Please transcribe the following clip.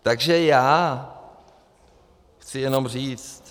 Takže chci jenom říct...